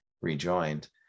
rejoined